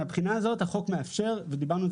מהבחינה הזאת החוק מאפשר ודיברנו על